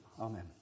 Amen